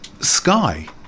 Sky